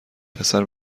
پسر